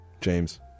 James